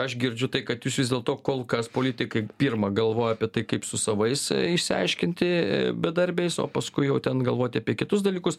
aš girdžiu tai kad jūs vis dėlto kol kas politikai pirma galvoja apie tai kaip su savais išsiaiškinti bedarbiais o paskui jau ten galvoti apie kitus dalykus